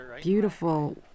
beautiful